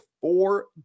four